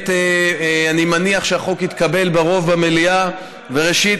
אני מניח שהחוק יתקבל ברוב במליאה: ראשית,